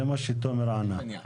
זה מה שתומר ענה.